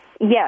Yes